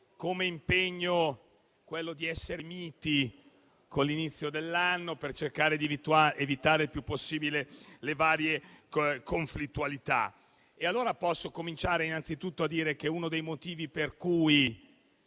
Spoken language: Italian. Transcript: l'impegno di essere mite con l'inizio dell'anno, per cercare di evitare il più possibile le varie conflittualità, comincio innanzitutto a dire che uno dei motivi per cui